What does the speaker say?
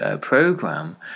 program